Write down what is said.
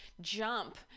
jump